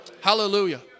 Hallelujah